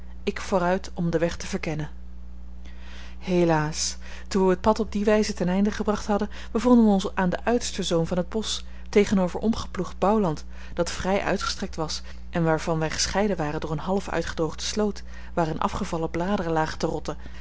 ik vooruit om den weg te verkennen helaas toen we het pad op die wijze ten einde gebracht hadden bevonden wij ons aan den uitersten zoom van het bosch tegenover omgeploegd bouwland dat vrij uitgestrekt was en waarvan wij gescheiden waren door een half uitgedroogde sloot waarin afgevallen bladeren lagen te rotten